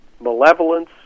malevolence